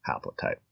haplotype